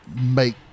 make